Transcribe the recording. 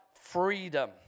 freedom